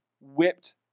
whipped